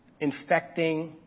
infecting